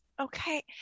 okay